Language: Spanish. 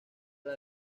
las